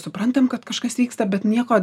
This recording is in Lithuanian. suprantam kad kažkas vyksta bet nieko